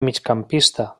migcampista